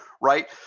Right